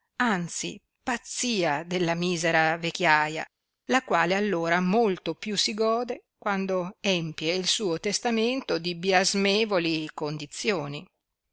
anzi pazzia della misera vecchiaia la quale allora molto più si gode quando empie il suo testamento di biasmevoli condizioni